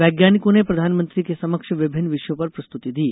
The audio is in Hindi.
वैज्ञानिकों ने प्रधानमंत्री के समक्ष विभिन्न विषयों पर प्रस्तुति दी